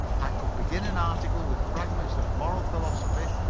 i could begin an article with fragments of moral philosophy,